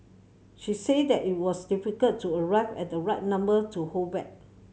she said that it was difficult to arrive at the right number to hold back